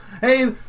hey